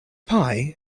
pie